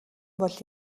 бол